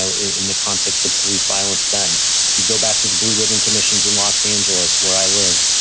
ah in the context of police violence. then if you go back to the blue ribbon commissions in los angeles, where i live,